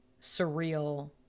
surreal